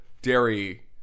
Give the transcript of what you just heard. Dairy